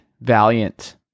valiant